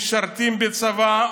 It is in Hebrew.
משרתים בצבא,